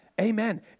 Amen